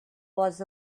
was